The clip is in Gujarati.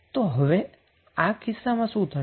તો હવે આ કિસ્સામાં શું થશે